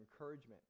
encouragement